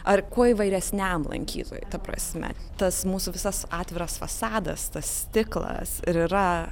ar kuo įvairesniam lankytojui ta prasme tas mūsų visas atviras fasadas tas stiklas ir yra